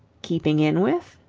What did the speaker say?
keeping in with?